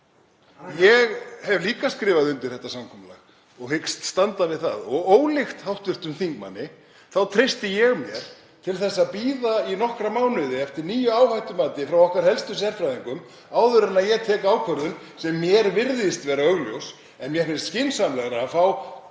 Ég hef líka skrifað undir það samkomulag og hyggst standa við það. Og ólíkt hv. þingmanni treysti ég mér til að bíða í nokkra mánuði eftir nýju áhættumati frá helstu sérfræðingum okkar áður en ég tek ákvörðun sem mér virðist vera augljós. En mér finnst skynsamlegra að fá